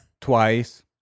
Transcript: twice